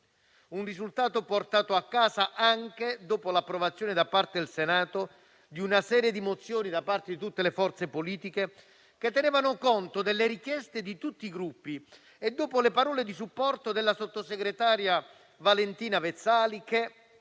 Un risultato portato a casa anche dopo l'approvazione da parte del Senato di una serie di mozioni da parte di tutte le forze politiche che tenevano conto delle richieste di tutti i Gruppi e dopo le parole di supporto della sottosegretaria Valentina Vezzali che,